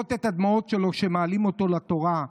לראות את הדמעות שלו שמעלים אותו לתורה,